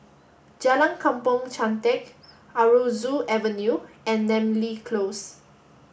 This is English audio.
Jalan Kampong Chantek Aroozoo Avenue and Namly Close